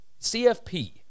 CFP